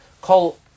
call